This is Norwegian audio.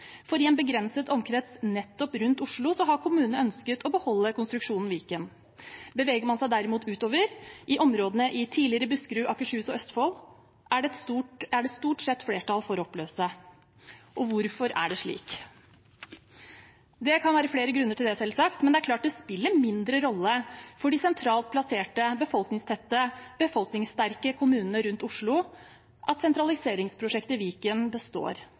for i en begrenset omkrets rundt nettopp Oslo har kommunene ønsket å beholde konstruksjonen Viken. Beveger man seg derimot utover i områdene i tidligere Buskerud, Akershus og Østfold, er det stort sett flertall for å oppløse. Og hvorfor er det slik? Det kan være flere grunner til det, selvsagt, men det er klart det spiller mindre rolle for de sentralt plasserte, befolkningstette og befolkningssterke kommunene rundt Oslo at sentraliseringsprosjektet Viken består.